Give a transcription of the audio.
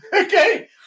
okay